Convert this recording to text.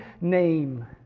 name